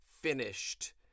finished